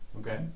Okay